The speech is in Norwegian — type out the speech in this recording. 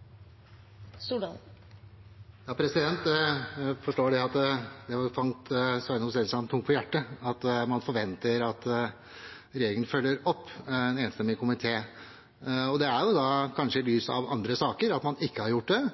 forstår at det faller Sveinung Stensland tungt for brystet at man forventer at regjeringen følger opp en enstemmig komité. Det er kanskje i lys av andre saker hvor man ikke har gjort det –